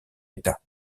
état